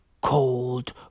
cold